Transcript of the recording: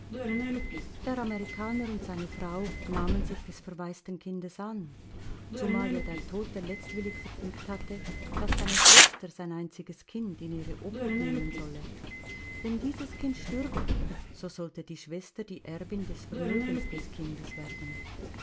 der amerikaner und seine frau nahmen sich des verwaisten kindes an zumal ja der tote letztwillig verfügt hatte daß seine schwester sein einziges kind in ihre obhut nehmen solle wenn dieses kind stürbe so sollte die schwester die erbin des vermögens des kindes werden